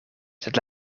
sed